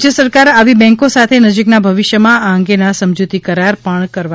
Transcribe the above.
રાજ્ય સરકાર આવી બેન્કો સાથે નજીકના ભવિષ્યમાં આ અંગેના સમજૂતી કરાર પણ કરવાની છે